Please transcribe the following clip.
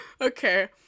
okay